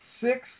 six